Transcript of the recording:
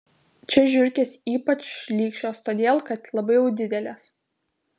čia žiurkės ypač šlykščios todėl kad labai jau didelės